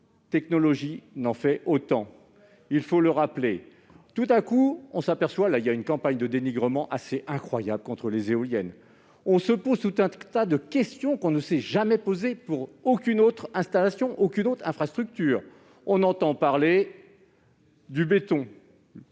technologie, n'en fait autant, il faut le rappeler ! Tout à coup, nous assistons à une campagne de dénigrement assez incroyable contre les éoliennes. On se pose tout un tas de questions qu'on ne s'est jamais posées pour aucune autre installation ou infrastructure. On entend parler du béton.